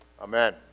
Amen